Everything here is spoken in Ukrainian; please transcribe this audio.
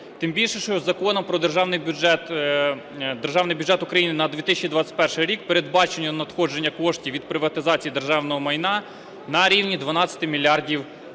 тим більше, що Законом "Про Державний бюджет України на 2021 рік" передбачено надходження коштів від приватизації державного майна на рівні 12 мільярдів гривень.